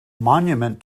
monument